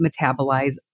metabolize